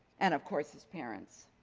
and of course his parents.